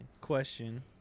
Question